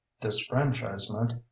disfranchisement